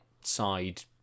side